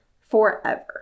forever